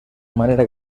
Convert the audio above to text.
manera